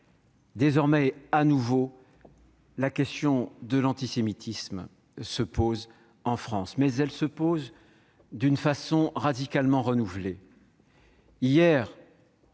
désormais, de nouveau, la question de l'antisémitisme se pose en France. Mais elle se pose d'une façon radicalement renouvelée.